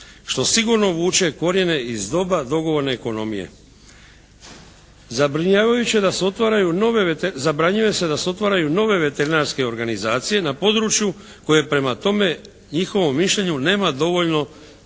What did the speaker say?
što sigurno vuče korijene iz doba dogovorne ekonomije. Zabranjuje se da se otvaraju nove veterinarske organizacije na području koje prema tome njihovome mišljenju ne dovoljan